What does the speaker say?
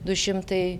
du šimtai